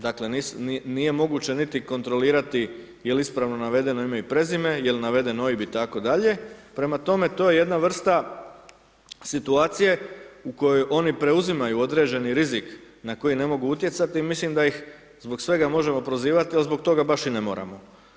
Dakle, nije moguće niti kontrolirati jel' ispravno navedeno ime i prezime, jel' naveden OIB i tako dalje, prema tome, to je jedna vrsta situacije u kojoj oni preuzimaju određeni rizik na koji ne mogu utjecati, i mislim da ih zbog svega možemo prozivati, al' zbog toga, baš i ne moramo.